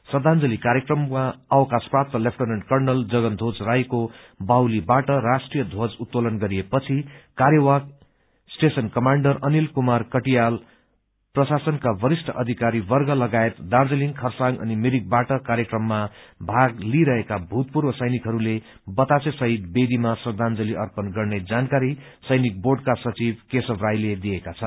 श्रद्धांजली कार्यममा अवकाश प्राप्त लेफ्टिनेन्ट कर्णल गजनधोज राईको बाहुलीबाट राष्ट्रीय ध्वज उत्तोलन गरिए पछि कार्यवाहक स्टेशन कमाण्डर अनिल कुमार कटियाल प्रशासनका वरिष्ठ अधिकारीवर्ग लगायत दार्जीलिङ खरसाङ अनि मिरिकबाट कार्यक्रममा भाग लिइरहेका भूतपूर्व सैनिकहरूले बतासे शहिद बेदीमा श्रद्धांजली अर्पण गर्ने जानकारी सैनिक बोर्डका सचिव केशव राइले दिएका छन्